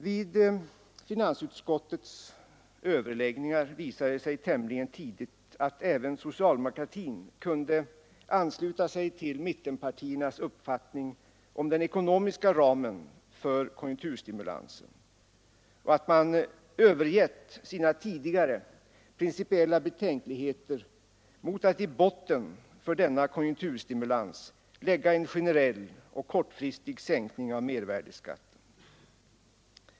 Vid finansutskottets överläggningar visade det sig tämligen tidigt att även socialdemokratin kunde ansluta sig till mittenpartiernas uppfattning om den ekonomiska ramen för konjunkturstimulansen och att man övergett sina tidigare principiella betänkligheter mot att i botten för denna konjunkturstimulans lägga en generell och kortfristig sänkning av mervärdeskatten.